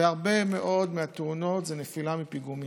והרבה מאוד מהתאונות זה נפילה מפיגומים.